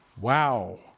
Wow